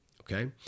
okay